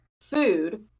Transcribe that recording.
food